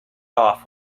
off